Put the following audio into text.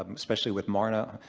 especially with marna,